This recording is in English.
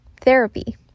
therapy